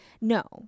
No